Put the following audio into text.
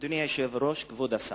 אדוני היושב-ראש, כבוד השר,